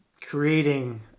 creating